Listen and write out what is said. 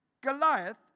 Goliath